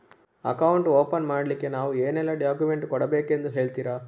Account open ಮಾಡ್ಲಿಕ್ಕೆ ನಾವು ಏನೆಲ್ಲ ಡಾಕ್ಯುಮೆಂಟ್ ಕೊಡಬೇಕೆಂದು ಹೇಳ್ತಿರಾ?